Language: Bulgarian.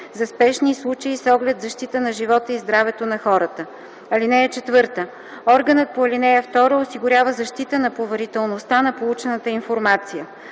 за спешни случаи с оглед защита на живота и здравето на хората. (4) Органът по ал. 2 осигурява защита на поверителността на получената информация.